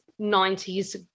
90s